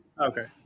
Okay